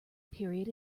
period